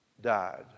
died